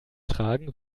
tragen